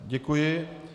Děkuji.